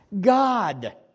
God